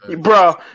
Bro